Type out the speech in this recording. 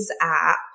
app